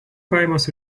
kaimas